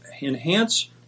Enhance